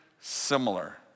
similar